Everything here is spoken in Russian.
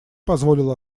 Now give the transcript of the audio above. позволил